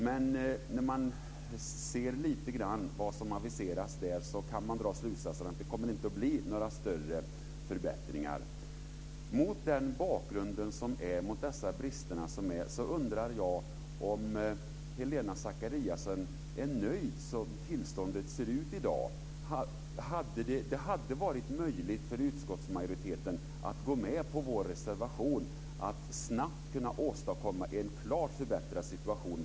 Men när man ser lite grann vad som aviseras där kan man dra slutsatsen att det inte kommer att bli några större förbättringar. Mot den bakgrunden, med de brister som finns, undrar jag om Helena Zakariasén är nöjd som tillståndet ser ut i dag. Det hade varit möjligt för utskottsmajoriteten att gå med på vår reservation för att snabbt åstadkomma en klart förbättrad situation.